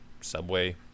subway